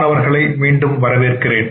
மாணவர்களை மீண்டும் வரவேற்கிறேன்